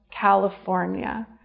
California